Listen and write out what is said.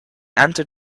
entered